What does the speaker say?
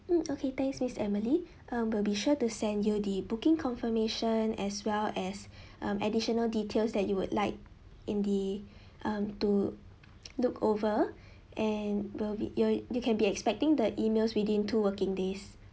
mm okay thanks miss emily um we'll be sure to send you the booking confirmation as well as um additional details that you would like in the um to look over and we'll be your you can be expecting the emails within two working days